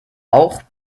auch